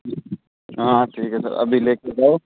हाँ हाँ ठीक है सर अभी लेकर जाओ